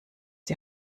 die